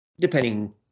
Depending